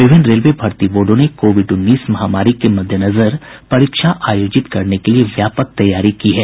विभिन्न रेलवे भर्ती बोर्डो ने कोविड उन्नीस महामारी के मद्देनजर परीक्षा आयोजित करने के लिए व्यापक तैयारी की है